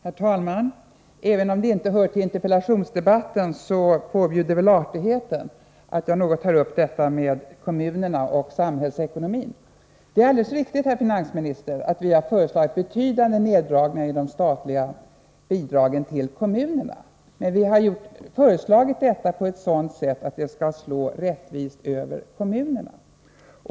Herr talman! Även om det inte hör till interpellationsdebatten, påbjuder välartigheten att jag något tar upp detta med kommunerna och samhällsekonomin. Det är alldeles riktigt, herr finansminister, att vi har föreslagit betydande neddragningar av de statliga bidragen till kommunerna. Men vi har föreslagit detta på ett sådant sätt att det skall slå rättvist över kommunerna.